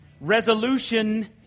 Resolution